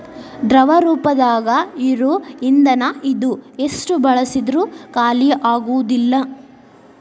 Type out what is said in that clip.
ದ್ರವ ರೂಪದಾಗ ಇರು ಇಂದನ ಇದು ಎಷ್ಟ ಬಳಸಿದ್ರು ಖಾಲಿಆಗುದಿಲ್ಲಾ